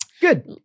Good